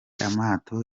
amato